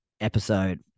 episode